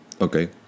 Okay